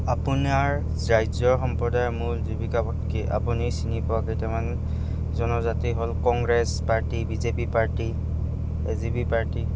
আপোনাৰ ৰাজ্যৰ সম্প্ৰদায়ৰ মূল জীৱিকা পতকে আপুনি চিনি পোৱা কেইটামান জনজাতি হ'ল Congress party BJP party A G P party